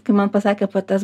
kai man pasakė apie tas